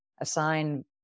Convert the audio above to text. assign